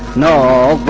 no